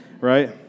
right